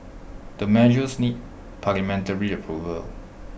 the measures need parliamentary approval